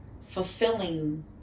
fulfilling